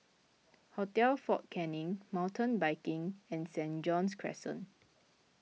Hotel fort Canning Mountain Biking and St John's Crescent